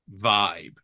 vibe